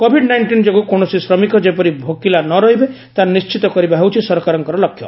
Covid nineteen ଯୋଗୁଁ କୌଣସି ଶ୍ରମିକ ଯେପରି ଭୋକିଲା ନରହିବେ ତାହା ନିଶ୍ଚିତ କରିବା ହେଉଛି ସରକାରଙ୍କର ଲକ୍ଷ୍ୟ